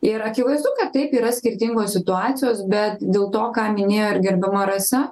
ir akivaizdu kad taip yra skirtingos situacijos bet dėl to ką minėjo ir gerbiama rasa